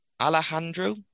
Alejandro